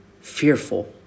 fearful